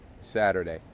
Saturday